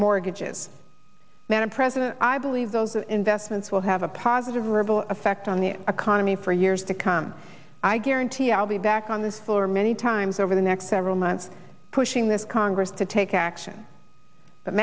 mortgages than a president i believe those investments will have a positive ripple effect on the economy for years to come i guarantee i'll be back on this floor many times over the next several months pushing this congress to take action